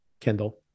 Kendall